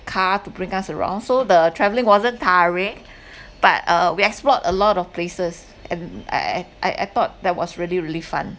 car to bring us around so the travelling wasn't tiring but uh we explored a lot of places and I I I I thought that was really really fun